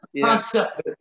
Concept